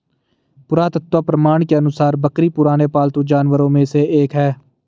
पुरातत्व प्रमाण के अनुसार बकरी पुराने पालतू जानवरों में से एक है